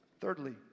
Thirdly